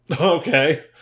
Okay